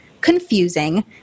confusing